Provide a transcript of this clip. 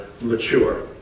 mature